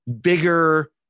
bigger